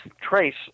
trace